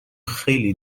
خیلی